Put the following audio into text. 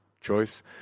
choice